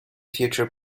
future